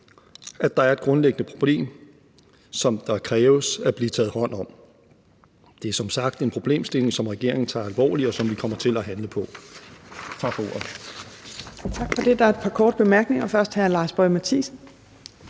at der er et grundlæggende problem, som der kræves at blive taget hånd om. Det er som sagt en problemstilling, som regeringen tager alvorligt, og som vi kommer til at handle på. Tak for ordet. Kl. 14:56 Fjerde næstformand (Trine